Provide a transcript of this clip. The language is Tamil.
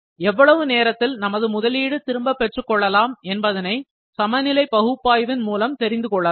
எவ்வளவு நேரத்தில் நமது முதலீடு திரும்ப பெற்றுக் கொள்ளலாம் என்பதனை சமநிலை பகுப்பாய்வின் மூலம் தெரிந்து கொள்ளலாம்